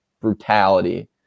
brutality